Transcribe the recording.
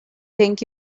think